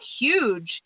huge